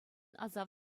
асав